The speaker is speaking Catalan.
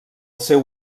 seu